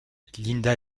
linda